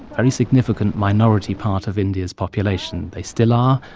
very significant minority part of india's population. they still are,